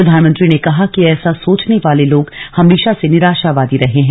प्रधानमंत्री ने कहा कि ऐसा सोचने वाले लोग हमेशा से निराशावादी रहे हैं